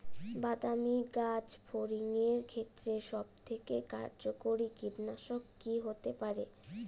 বাদামী গাছফড়িঙের ক্ষেত্রে সবথেকে কার্যকরী কীটনাশক কি হতে পারে?